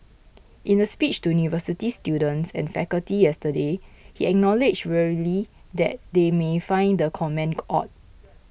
in a speech to university students and faculty yesterday he acknowledged wryly that they may find the comment odd